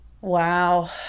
Wow